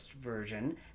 version